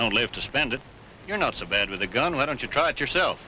don't live to spend it you're not so bad with a gun why don't you try it yourself